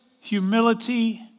humility